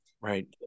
Right